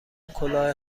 کلاه